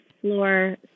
floor